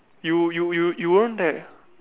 you you you you weren't there